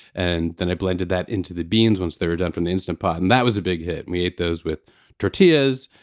and then i blended that into the beans, once they were done from the instant pot and that was a big hit. and we ate those with tortillas,